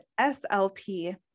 SLP